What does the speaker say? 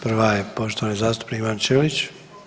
Prva je poštovani zastupnik Ivan Ćelić.